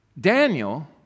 Daniel